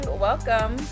welcome